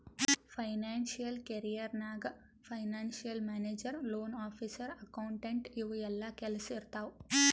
financial career ನಾಗ್ financial manager, loan officer, accountant ಇವು ಎಲ್ಲಾ ಕೆಲ್ಸಾ ಇರ್ತಾವ್